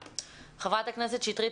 חברת הכנסת שטרית,